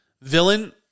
villain